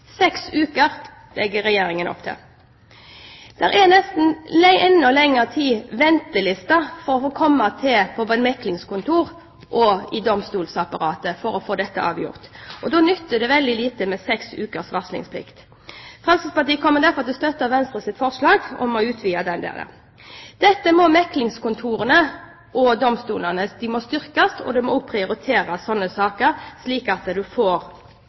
legger opp til seks uker. Det tar nesten enda lengre tid å vente på å komme til på meklingskontor og i domstolsapparatet for å få dette avgjort, og da nytter det veldig lite med seks ukers varslingsplikt. Fremskrittspartiet kommer derfor til å støtte Venstres forslag om utvide denne varslingstiden. Meklingskontorene og domstolene må styrkes, og de må prioritere slike saker slik at man får